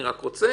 אני מוכן